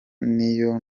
n’iyo